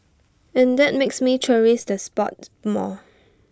and that makes me cherish the spot more